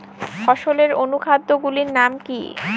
ফসলের অনুখাদ্য গুলির নাম কি?